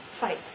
fight